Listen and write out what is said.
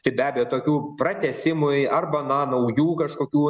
tai be abejo tokių pratęsimui arba na naujų kažkokių